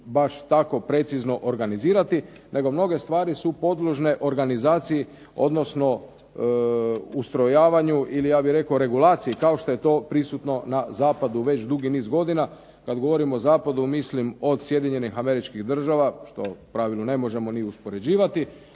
baš tako precizno organizirati, nego mnoge stvari su podložne organizaciji, odnosno ustrojavanju ili ja bih rekao regulaciji kao što je to prisutno na zapadu već dugi niz godina. Kad govorim o zapadu mislim od Sjedinjenih Američkih Država što u pravilu ne možemo ni uspoređivati,